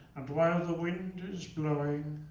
and while the wind is blowing,